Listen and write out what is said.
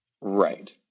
Right